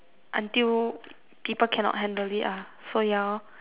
until people cannot handle it ah so ya lor